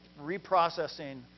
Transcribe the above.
reprocessing